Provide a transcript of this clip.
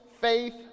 faith